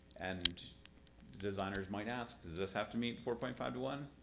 and designers might ask does this have to meet four point five to one?